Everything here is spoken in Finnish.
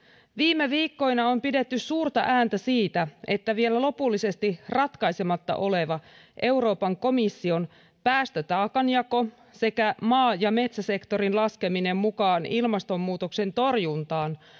viime viikkoina on pidetty suurta ääntä siitä että vielä lopullisesti ratkaisematta oleva euroopan komission päästötaakanjako sekä maa ja metsäsektorin laskeminen mukaan ilmastonmuutoksen torjuntaan